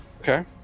Okay